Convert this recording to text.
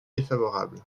défavorable